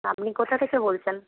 আপনি কোথা থেকে বলছেন